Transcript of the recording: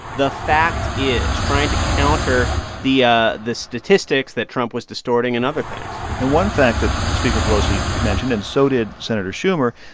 the fact is, trying to counter the ah the statistics that trump was distorting and other things and one fact that speaker pelosi mentioned, and so did senator schumer,